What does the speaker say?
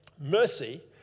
Mercy